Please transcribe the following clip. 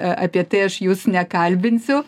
apie tai aš jus nekalbinsiu